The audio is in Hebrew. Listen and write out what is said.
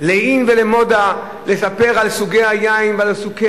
ל-in ול"מודה" לספר על סוגי היין ועל סוגי